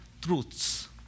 truths